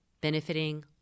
benefiting